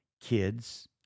Kids